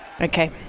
Okay